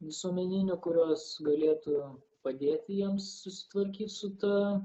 visuomeninių kurios galėtų padėti jiems susitvarkyt su ta